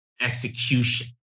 execution